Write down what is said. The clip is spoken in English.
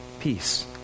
peace